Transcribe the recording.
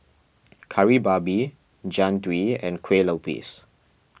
Kari Babi Jian Dui and Kueh Lupis